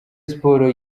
sports